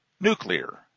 nuclear